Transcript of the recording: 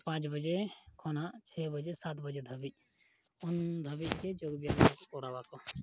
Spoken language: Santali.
ᱯᱟᱸᱪᱵᱟᱡᱮ ᱠᱷᱚᱱᱟᱜ ᱪᱷᱮᱭ ᱵᱟᱡᱮ ᱥᱟᱛ ᱵᱟᱡᱮ ᱫᱷᱟᱹᱵᱤᱡ ᱩᱱᱫᱷᱟᱹᱵᱤᱡᱜᱮ ᱡᱳᱜᱽᱵᱮᱭᱟᱢ ᱠᱚᱨᱟᱣᱟᱠᱚ